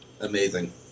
Amazing